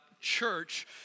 church